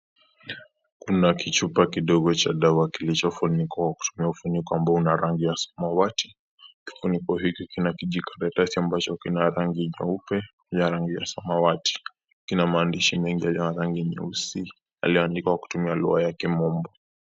Kuna kichupa kidogo Cha dawa kilicho funikwa kutumia ufuniko ambao una rangi ya samawati. Kifuniko hiki kina kijikaratasi ambacho ni ya rangi nyeupe na rangi ya samawati .Kila maandishi ya rangi nyeusi yaliyo andikwa kwa lugha ya kimombo.